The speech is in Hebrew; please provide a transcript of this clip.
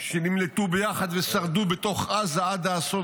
שנמלטו ביחד ושרדו בתוך עזה עד האסון